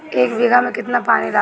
एक बिगहा में केतना पानी लागी?